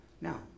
Now